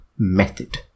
method